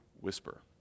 whisper